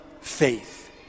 faith